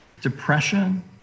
depression